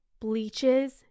bleaches